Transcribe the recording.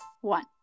one